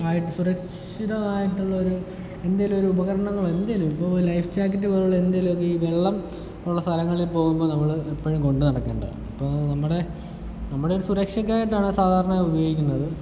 ആയിട്ട് സുരക്ഷിതമായിട്ടുള്ള ഒരു എന്തേലും ഒരു ഉപകരണങ്ങളോ എന്തേലും ഇപ്പോൾ ലൈഫ് ജാക്കറ്റ് പോലുള്ള എന്തേലൊക്കെ ഈ വെള്ളം ഉള്ള സ്ഥലങ്ങളിൽ പോകുമ്പോൾ നമ്മൾ എപ്പോഴും കൊണ്ട് നടക്കണ്ടതാണ് ഇപ്പോൾ നമ്മുടെ നമ്മുടെ സുരക്ഷക്കായിട്ടാണ് അത് സാധാരണ ഉപയോഗിക്കുന്നത്